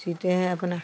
सीते हैं अपना